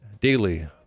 daily